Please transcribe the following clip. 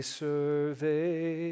survey